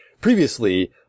previously